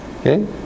Okay